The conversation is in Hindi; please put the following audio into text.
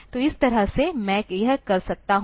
तो इस तरह से मैं यह कर सकता हूं